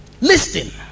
listen